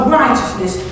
righteousness